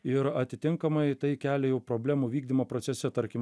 ir atitinkamai tai kelia jau problemų vykdymo procese tarkim